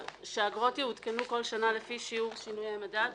שהאגרות יעודכנו בכל שנה לפי שיעור שינוי המדד.